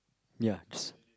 ya just